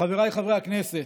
חבריי חברי הכנסת,